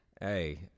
hey